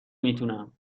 میتونم